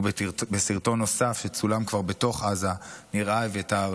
ובסרטון נוסף, שכבר צולם בתוך עזה, נראה אביתר